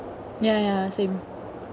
ya ya same